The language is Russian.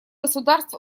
государств